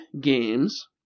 games